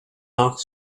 nach